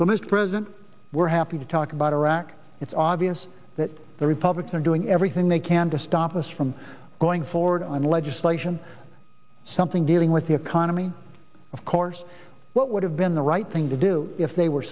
president we're happy to talk about iraq it's obvious that the republicans are doing everything they can to stop us from going forward on legislation something dealing with the economy of course what would have been the right thing to do if they were